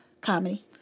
Comedy